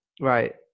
Right